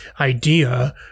idea